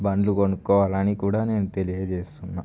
బళ్ళు కొనుక్కోవాలని కూడా నేను తెలియజేస్తున్న